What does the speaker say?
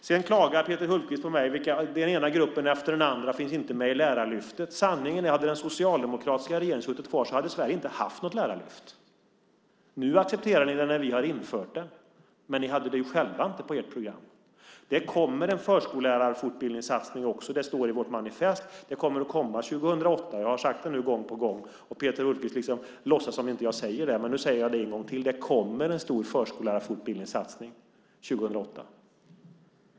Sedan klagar Peter Hultqvist på att den ena gruppen efter den andra inte finns med i Lärarlyftet. Sanningen är att hade den socialdemokratiska regeringen suttit kvar hade Sverige inte haft något lärarlyft. Nu accepterar ni det när vi har infört det, men det hade ni själva inte på ert program. Det kommer en satsning på förskollärarfortbildning, det står i vårt manifest. Det kommer att komma 2008. Det har jag sagt nu gång på gång, och Peter Hultqvist låtsas som jag inte säger det. Men jag säger det en gång till: Det kommer en stor satsning på förskollärarfortbildning 2008.